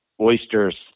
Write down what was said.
Oysters